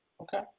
Okay